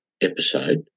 episode